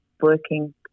working